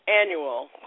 annual